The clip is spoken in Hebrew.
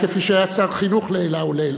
כפי שהיה שר חינוך לעילא ולעילא,